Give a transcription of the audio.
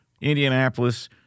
Indianapolis